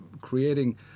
creating